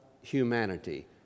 humanity